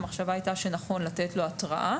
המחשבה הייתה שנכון לתת לו התראה